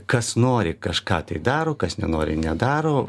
kas nori kažką tai daro kas nenori nedaro